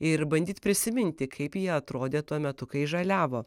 ir bandyt prisiminti kaip jie atrodė tuo metu kai žaliavo